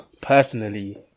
personally